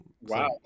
wow